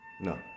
No